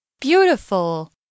Beautiful